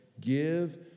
give